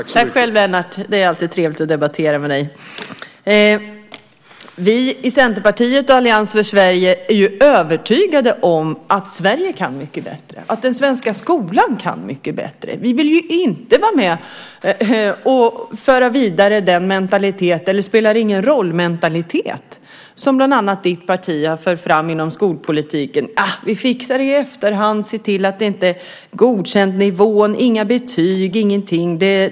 Herr talman! Tack själv, Lennart. Det är alltid trevligt att debattera med dig. Vi i Centerpartiet och Allians för Sverige är övertygade om att Sverige kan mycket bättre och att den svenska skolan kan mycket bättre. Vi vill inte vara med och föra vidare den det-spelar-ingen-roll-mentalitet som bland annat ditt parti har fört fram inom skolpolitiken. Man säger att man fixar det i efterhand, till exempel om betyget Godkänd inte har uppnåtts. Man ska inte ha några betyg.